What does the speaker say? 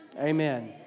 Amen